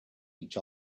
each